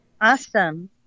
Awesome